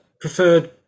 preferred